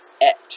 Et